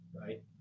right